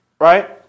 Right